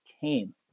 came